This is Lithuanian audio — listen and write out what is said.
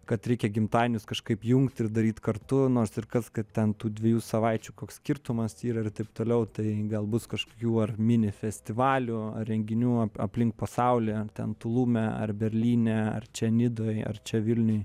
kad reikia gimtadienius kažkaip jungt ir daryt kartu nors ir kas kad ten tų dviejų savaičių koks skirtumas yra ir taip toliau tai gal bus kažkokių ar mini festivalių ar renginių aplink pasaulį ar ten tulume ar berlyne ar čia nidoj ar čia vilniuj